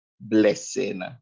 blessing